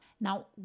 Now